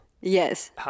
Yes